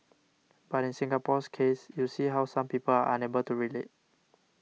but in Singapore's case you see how some people are unable to relate